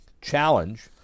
challenge